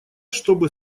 чтобы